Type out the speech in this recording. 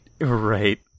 Right